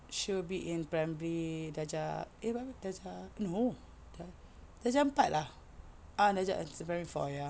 she will be in primary darjah dia baru darjah no darjah empat lah ah darjah it's primary four ya